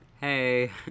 Hey